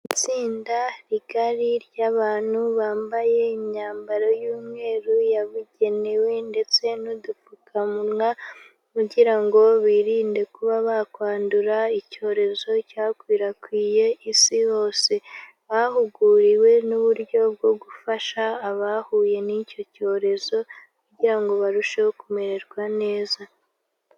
Itsinda rigari ry'abantu bambaye imyambaro y'umweru yabugenewe ndetse n'udupfukamunwa, kugira ngo birinde kuba bakwandura icyorezo cyakwirakwiye isi hose, bahuguriwe n'uburyo bwo gufasha abahuye n'icyo cyorezo kugira ngo barusheho kumererwa neza.